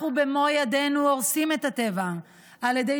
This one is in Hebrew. אנחנו במו ידינו הורסים את הטבע על ידי